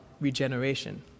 Regeneration